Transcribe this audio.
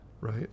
right